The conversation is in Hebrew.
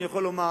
אני יכול לומר,